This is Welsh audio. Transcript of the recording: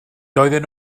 doedden